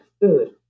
food